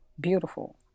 beautiful